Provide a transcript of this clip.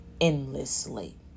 endlessly